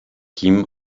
kim